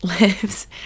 lives